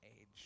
age